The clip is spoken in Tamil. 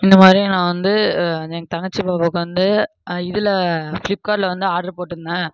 இந்தமாதிரி நான் வந்து என் தங்கச்சி பாப்பாவுக்கு வந்து இதில் ஃப்ளிப்கார்ட்டில் வந்து ஆர்டர் போட்டிருந்தேன்